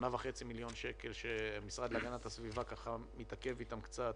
8.5 מיליון שקל שהמשרד להגנת הסביבה התעכב אתם קצת